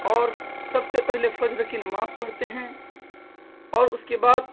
اور سب سے پہلے فجر کی نماز پڑھتے ہیں اور اس کے بعد